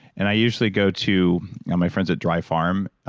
and i usually go to my friends at dry farm,